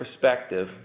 perspective